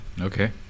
okay